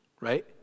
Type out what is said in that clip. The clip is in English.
right